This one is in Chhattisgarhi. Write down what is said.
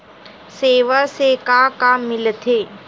सेवा से का का मिलथे?